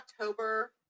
October